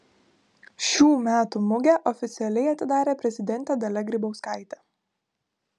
šių metų mugę oficialiai atidarė prezidentė dalia grybauskaitė